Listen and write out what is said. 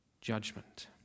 judgment